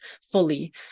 fully